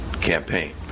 campaign